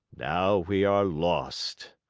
now we are lost.